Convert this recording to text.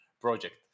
project